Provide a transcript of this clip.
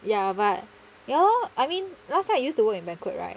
ya but ya lor I mean last time I used to work in banquet right